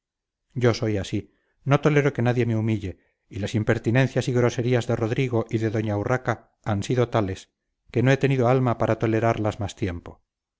yo soy así no tolero que nadie me humille y las impertinencias y groserías de rodrigo y de doña urraca han sido tales que no he tenido alma para tolerarlas más tiempo